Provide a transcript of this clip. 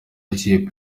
ashyigikiye